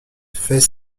fait